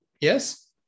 Yes